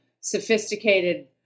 sophisticated